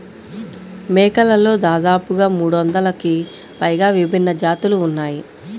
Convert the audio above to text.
మేకలలో దాదాపుగా మూడొందలకి పైగా విభిన్న జాతులు ఉన్నాయి